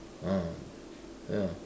ah ya